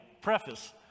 preface